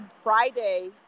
Friday